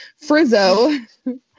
Frizzo